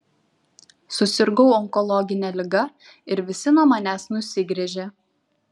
susirgau onkologine liga ir visi nuo manęs nusigręžė